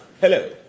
Hello